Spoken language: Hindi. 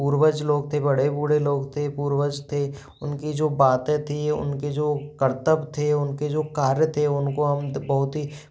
पूर्वज लोग थे बड़े बूढ़े लोग थे पूर्वज थे उनकी जो बातें थी उनकी जो कर्तव्य थे उनके जो कार्य थे उनको हम तो बहुत ही